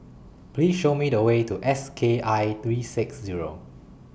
Please Show Me The Way to S K I three six Zero